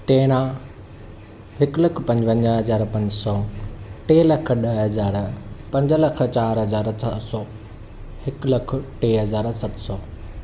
तेरहं हिकु लख पंजवंजाहु हज़ार पंज सौ टे लख ॾह हज़ार पंज लख चारि हज़ार चारि सौ हिकु लख टे हज़ार सत सौ